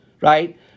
right